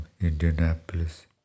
Indianapolis